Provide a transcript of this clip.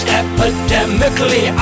epidemically